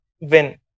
win